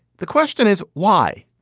the question is why?